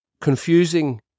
confusing